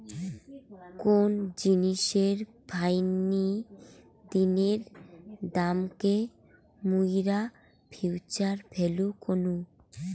কোন জিনিসের ফাইনি দিনের দামকে মুইরা ফিউচার ভ্যালু কহু